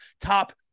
top